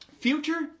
Future